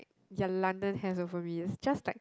ya London has it for me it's just like